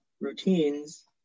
routines